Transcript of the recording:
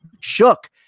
shook